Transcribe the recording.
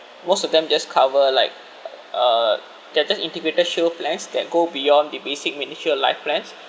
most of them just cover like uh they're just integrated shield plans that go beyond the basic miniature life plans